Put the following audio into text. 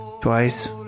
twice